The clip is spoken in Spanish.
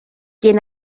quien